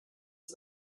ist